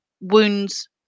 wounds